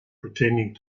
pretending